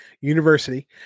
University